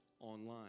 online